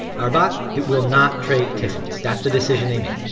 our bot it will not trade tiffany's. that's the decision they made,